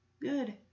Good